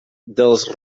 dels